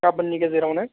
गाबोननि गेजेरावनो